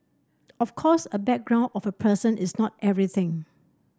of course a background of a person is not everything